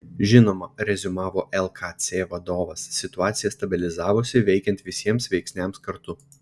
žinoma reziumavo lkc vadovas situacija stabilizavosi veikiant visiems veiksniams kartu